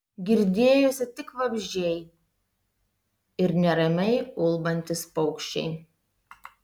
girdėjosi tik vabzdžiai ir neramiai ulbantys paukščiai